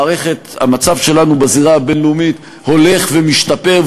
המצב שלנו בזירה הבין-לאומית הולך ומשתפר,